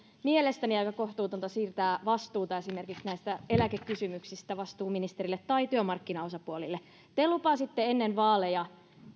mielestäni aika kohtuutonta siirtää vastuuta esimerkiksi näistä eläkekysymyksistä vastuuministerille tai työmarkkinaosapuolille te lupasitte ennen vaaleja